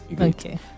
okay